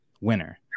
winner